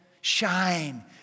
shine